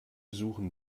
suchen